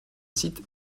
site